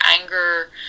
anger